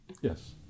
Yes